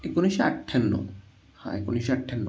एकोणीशे अठ्ठ्याण्णव हा एकोणीशे अठ्ठ्याण्णव